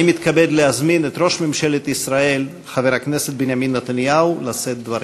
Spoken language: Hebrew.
אני מתכבד להזמין את ראש ממשלת ישראל בנימין נתניהו לשאת דברים.